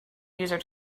user